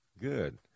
Good